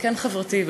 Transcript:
וכן חברתי,